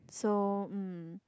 so um